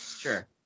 Sure